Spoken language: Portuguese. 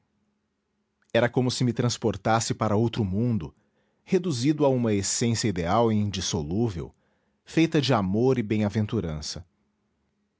era como se me transportasse para outro mundo reduzido a uma essência ideal e indissolúvel feita de amor e